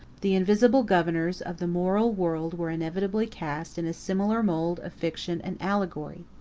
the invisible governors of the moral world were inevitably cast in a similar mould of fiction and allegory.